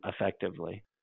effectively